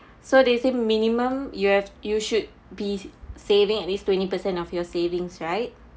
so they say minimum you have you should be saving at least twenty percent of your savings right